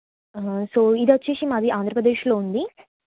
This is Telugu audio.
సో ఇదొచ్చేసి మాది ఆంధ్రప్రదేశ్లో ఉంది